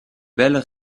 belles